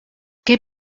què